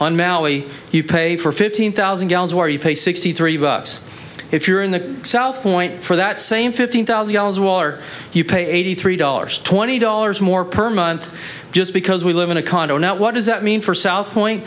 on maui you pay for fifteen thousand gallons where you pay sixty three bucks if you're in the south point for that same fifteen thousand dollars wall or you pay eighty three dollars twenty dollars more per month just because we live in a condo now what does that mean for south point